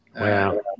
Wow